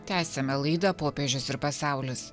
tęsiame laidą popiežius ir pasaulis